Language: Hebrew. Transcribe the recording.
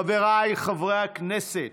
חבריי חברי הכנסת,